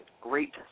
great